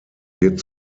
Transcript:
wird